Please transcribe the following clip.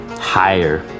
higher